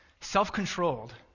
self-controlled